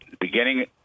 beginning